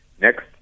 Next